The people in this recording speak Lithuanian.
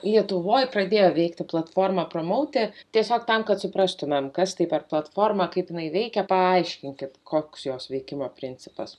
lietuvoj pradėjo veikti platforma promauti tiesiog tam kad suprastumėm kas tai per platforma kaip jinai veikia paaiškinkit koks jos veikimo principas